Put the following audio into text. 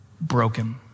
broken